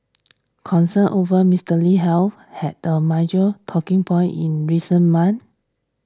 concerns over Mister Lee's health had a major talking point in recent months